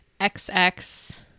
xx